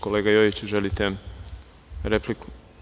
Kolega Jojiću, želite repliku?